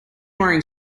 wearing